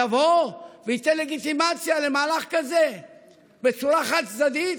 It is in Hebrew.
יבוא וייתן לגיטימציה למהלך כזה בצורה חד-צדדית?